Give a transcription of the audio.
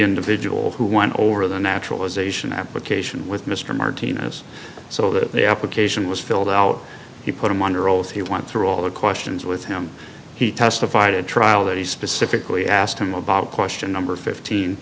individual who won over the naturalization application with mr martinez so that the application was filled out he put him under oath he went through all the questions with him he testified at trial that he specifically asked him about question number fifteen